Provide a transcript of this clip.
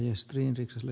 ärade talman